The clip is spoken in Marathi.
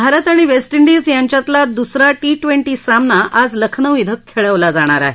भारत आणि वेस्टाडिज यांच्यातला दुसरा टी ट्वेंटी सामना आज लखनौ क्विं खेळवला जाणार आहे